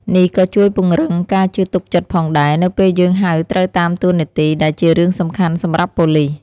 នេះក៏ជួយពង្រឹងការជឿទុកចិត្តផងដែរ នៅពេលយើងហៅត្រូវតាមតួនាទីដែលជារឿងសំខាន់សម្រាប់ប៉ូលិស។